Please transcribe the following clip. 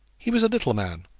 he was a little man,